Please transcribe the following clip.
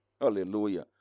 Hallelujah